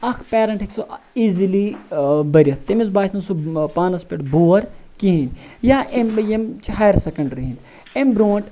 اَکھ پیرنٹ ہیٚکہِ سُہ ایٖزِلی بٔرِتھ تٔمِس باسہِ نہٕ سُہ پانَس پیٚٹھ بور کِہینۍ یا ایٚم یِم چھِ ہایِر سیٚکَنڈری ہِنٛدۍ امہِ برونٛٹھ